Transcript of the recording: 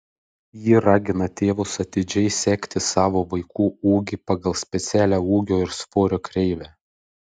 ji ragina tėvus atidžiai sekti savo vaikų ūgį pagal specialią ūgio ir svorio kreivę